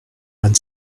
and